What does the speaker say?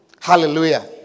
Hallelujah